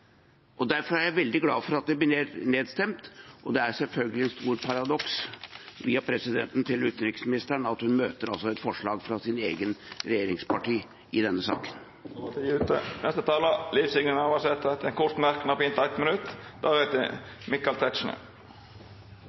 Derfor er jeg veldig glad for at det blir nedstemt. Det er selvfølgelig et stort paradoks – via presidenten til utenriksministeren – at hun møter et forslag fra sin egen regjeringspartner i denne saken. Representanten Liv Signe Navarsete har hatt ordet to gonger tidlegare og får ordet til ein kort merknad, avgrensa til 1 minutt.